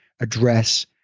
address